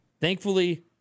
Thankfully